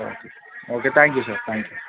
okay sir okay thank you sir thank you